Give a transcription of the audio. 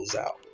out